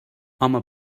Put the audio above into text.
home